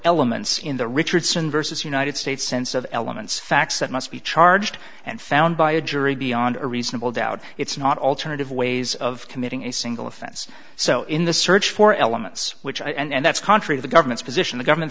elements in the richardson versus united states sense of elements facts that must be charged and found by a jury beyond a reasonable doubt it's not alternative ways of committing a single offense so in the search for elements which i and that's contrary to the government's position the government